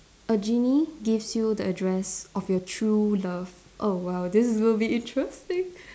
a genie gives you the address of your true love oh !wow! this is going to be interesting